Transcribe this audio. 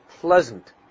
pleasant